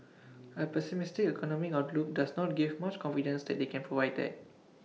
A pessimistic economic outlook does not give much confidence that they can provide that